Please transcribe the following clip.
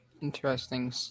interesting